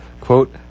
quote